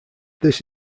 this